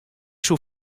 soe